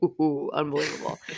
Unbelievable